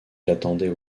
l’attendait